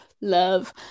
love